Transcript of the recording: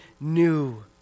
new